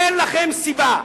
אין לכם סיבה.